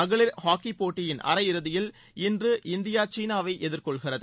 மகளிர் ஹாக்கி போட்டியின் அரையிறுதியில் இன்று இந்தியா சீனாவை எதிர்கொள்கிறது